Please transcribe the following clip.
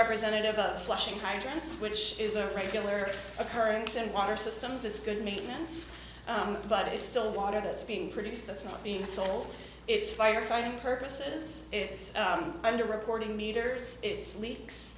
representative of flushing hydrants which is a regular occurrence in water systems it's good maintenance but it's still water that's being produced that's not being sold it's firefighting purposes it's underreporting meters it's